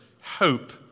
hope